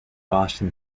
boston